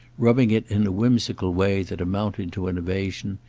rubbing it in a whimsical way that amounted to an evasion,